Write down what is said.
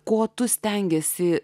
ko tu stengiesi